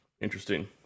interesting